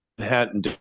Manhattan